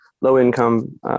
low-income